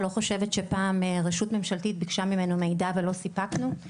לא חושבת שפעם רשות ממשלתי ביקשה מאיתנו מידע ולא סיפקנו.